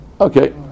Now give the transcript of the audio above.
Okay